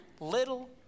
Little